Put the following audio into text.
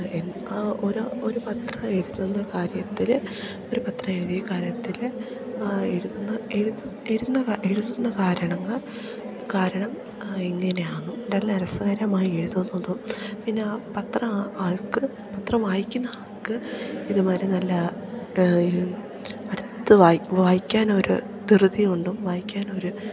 ആ ഒരു ഒരു പത്രം എഴുതുന്ന കാര്യത്തിൽ ഒരു പത്രം എഴുതിയ കാര്യത്തിൽ എഴുതുന്ന എഴുതുന്ന കാരണങ്ങൾ കാരണം എങ്ങനെയാണെന്നോ നല്ല രസകരമായി എഴുതുന്നതും പിന്നെ ആ പത്രം ആൾക്ക് പത്രം വായിക്കുന്ന ആൾക്ക് ഇതുമാതിരി നല്ല അടുത്ത് വായിക്കാനൊരു ധൃതികൊണ്ടും വായിക്കാനൊരു